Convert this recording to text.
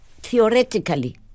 theoretically